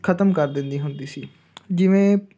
ਖ਼ਤਮ ਕਰ ਦਿੰਦੀ ਹੁੰਦੀ ਸੀ ਜਿਵੇਂ